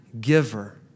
giver